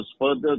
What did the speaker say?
further